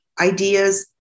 ideas